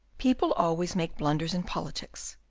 people always make blunders in politics.